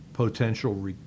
Potential